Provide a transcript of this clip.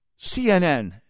CNN